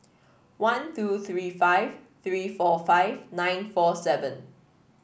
one two three five three four five nine four seven